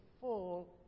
full